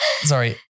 Sorry